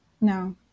No